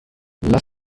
lassen